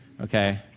Okay